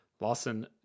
Lawson